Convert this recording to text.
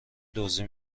دزدی